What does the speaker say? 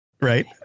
right